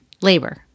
labor